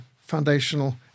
foundational